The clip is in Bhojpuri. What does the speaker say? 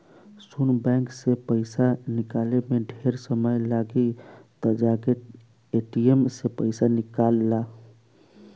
सुन बैंक से पइसा निकाले में ढेरे समय लागी त जाके ए.टी.एम से पइसा निकल ला